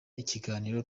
ikiganiro